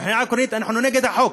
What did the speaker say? מבחינה עקרונית אנחנו נגד החוק,